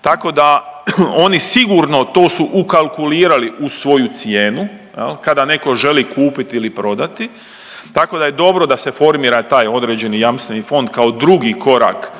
Tako da oni sigurno to su ukalkulirali u svoju cijenu jel, kada netko želi kupiti ili prodati tako da je dobro da se formira taj određeni jamstveni fond kao drugi korak